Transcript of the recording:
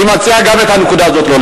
אני מציע לא לשכוח גם את הנקודה הזאת.